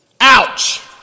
Ouch